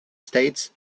states